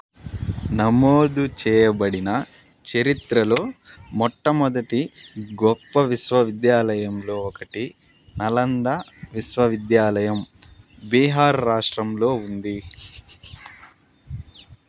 నమోదు చేయబడిన చరిత్రలో మొట్టమొదటి గొప్ప విశ్వవిద్యాలయంలో ఒకటి నలంద విశ్వవిద్యాలయం బీహార్ రాష్ట్రంలో ఉంది